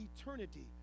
eternity